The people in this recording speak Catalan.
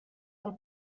del